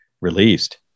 released